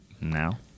now